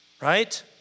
right